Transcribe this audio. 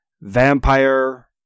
vampire